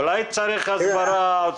אולי צריך הסברה?